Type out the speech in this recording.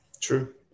True